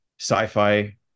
sci-fi